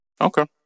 Okay